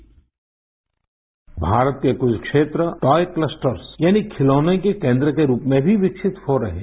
sound bite Bharat के कुछ क्षेत्र टॉय क्लस्टर्स यानी खिलौनों के केन्द्र के रूप में भी विकसित हो रहे हैं